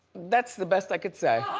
that's the best i could say.